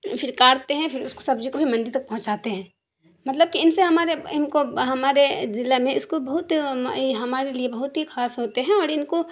پھر کاٹتے ہیں پھر اس کو سبزی کو ہی منڈی تک پہنچاتے ہیں مطلب کہ ان سے ہمارے ان کو ہمارے ضلع میں اس کو بہت ہمارے لیے بہت ہی خاص ہوتے ہیں اور ان کو